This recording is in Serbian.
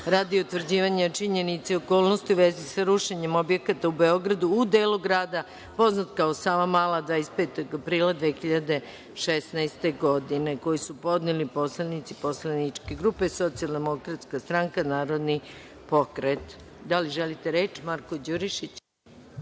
radi utvrđivanja činjenica i okolnosti u vezi sa rušenjem objekata u Beogradu u delu grada poznat kao Savamala 25. aprila 2016. godine, koji su podneli poslanici poslaničke grupe Socijaldemokratska stranka - Narodni pokret. Da li želite reč? Reč ima Marko Đurišić.